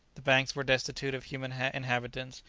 the banks were destitute of human inhabitants,